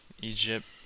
Egypt